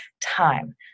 time